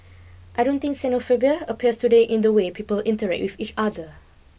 I don't think xenophobia appears today in the way people interact with each other